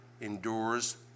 endures